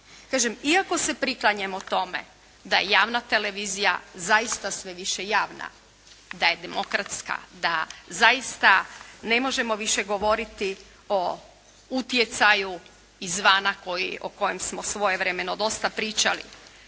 iako se priklanjamo tome da je javna televizija zaista sve više javna, da je demokratska, da zaista ne možemo više govoriti o utjecaju izvana o kojem smo svojevremeno dosta pričali.